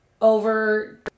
Over